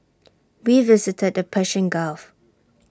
we visited the Persian gulf